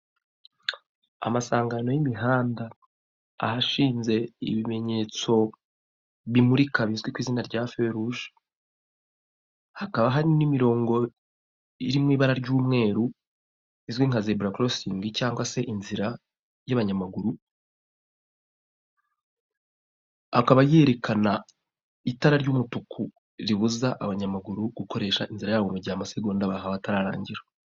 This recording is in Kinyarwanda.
Amasangano y'imihanda ahashinze ibimenyetso bimurika bizwi ku izina rya feruje hakaba harimo ibara ry'umweru rizwi nka zebura korosingi cyangwa se inzira y'abanyamaguru ry'umutuku ribuza abanyamaguru, gukoresha inzira mu gihe amasegonda bahawe atarararangira.